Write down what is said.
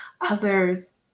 others